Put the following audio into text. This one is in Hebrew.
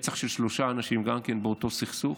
רצח של שלושה אנשים, גם כן באותו סכסוך.